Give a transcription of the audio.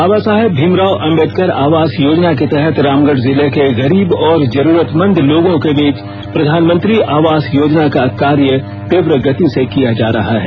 बाबा साहेब भीम राव अम्बेडकर आवास योजना के तहत जिले के गरीब तथा जरूरतमंद लोगों के बीच प्रधानमंत्री आवास योजना का कार्य तीव्र गति से किया जा रहा है